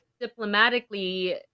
diplomatically